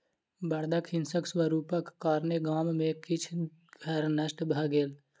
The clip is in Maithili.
बड़दक हिंसक स्वरूपक कारणेँ गाम में किछ घर नष्ट भ गेल